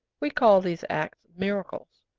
we call these acts miracles,